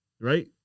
right